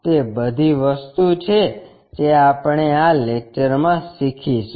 તે બધી વસ્તુ છે જે આપણે આ લેક્ચર મા શીખીશું